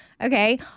okay